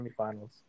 semifinals